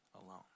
alone